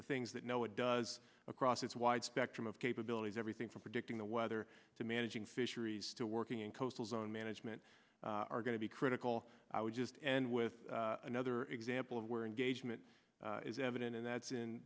the things that know it does across its wide spectrum of capabilities everything from predicting the weather to managing fish still working in coastal zone management are going to be critical i would just end with another example of where engagement is evident and that's in